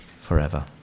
forever